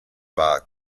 war